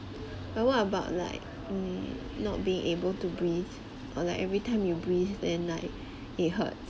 but what about like mm not being able to breathe or like every time you breathe then like it hurt